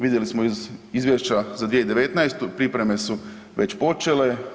Vidjeli smo iz izvješća za 2019., pripreme su već počele.